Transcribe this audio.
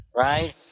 Right